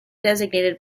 designated